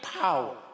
power